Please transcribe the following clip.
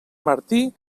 martí